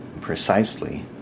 precisely